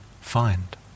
find